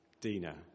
Dina